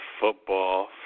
football